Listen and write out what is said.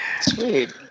Sweet